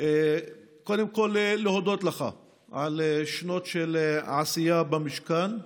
קודם כול להודות לך על שנים של עשייה במשכן,